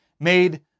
made